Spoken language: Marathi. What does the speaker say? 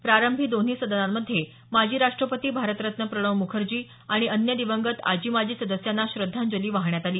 प्रारंभी दोन्ही सदनांमध्ये माजी राष्ट्रपती भारतरत्न प्रणव मुखर्जी आणि अन्य दिवंगत आजी माजी सदस्यांना श्रद्धांजली वाहण्यात आली